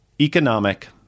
economic